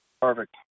Perfect